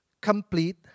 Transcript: complete